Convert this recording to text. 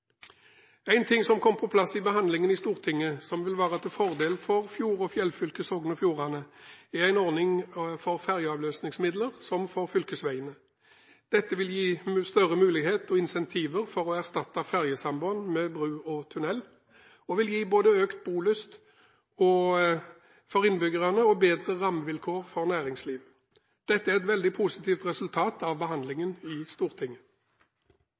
En ting som kom på plass ved behandlingen i Stortinget, som vil være til fordel for fjord- og fjellfylket Sogn og Fjordane, er en ordning for fergeavløsningsmidler som for fylkesveiene. Dette vil gi større mulighet og incentiver for å erstatte fergesamband med bro og tunnel og vil gi både økt bolyst for innbyggerne og bedre rammevilkår for næringslivet. Dette er et veldig positivt resultat av behandlingen i Stortinget.